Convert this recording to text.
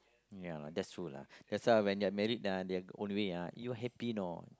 ya that's true lah that's why when they married ah they are on the way ah you happy you know